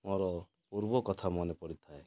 ମୋର ପୂର୍ବ କଥା ମନେ ପଡ଼ିଥାଏ